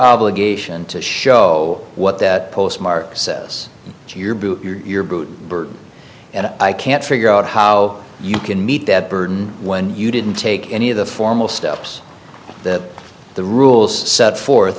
obligation to show what that postmark says to your boot your boot and i can't figure out how you can meet that burden when you didn't take any of the formal steps that the rules set forth